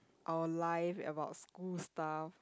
our life and about school stuff